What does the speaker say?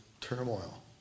turmoil